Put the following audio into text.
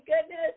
goodness